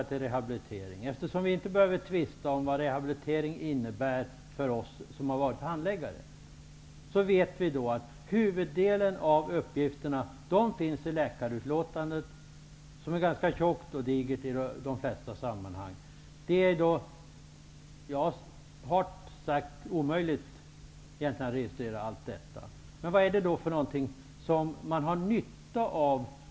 Vi behöver inte tvista om vad rehabilitering innebär, för det vet vi som har varit handläggare. Huvuddelen av uppgifterna finns i läkarens utlåtande, vilket är ganska digert i de flesta sammanhang. Egentligen är det hart när omöjligt att registrera allt. Vad är det då för ytterligare uppgifter som man kan ha nytta av?